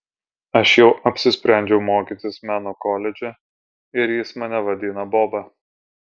aš jau apsisprendžiau mokytis meno koledže ir jis mane vadina boba